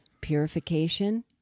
Purification